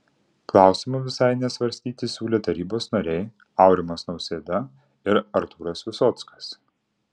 klausimo visai nesvarstyti siūlė tarybos nariai aurimas nausėda ir artūras visockas